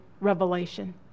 revelation